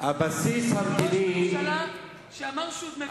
הבסיס המדיני, ראש הממשלה שאמר שהוא, מה לעשות?